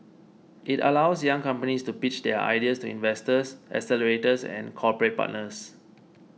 it allows young companies to pitch their ideas to investors accelerators and corporate partners